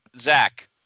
zach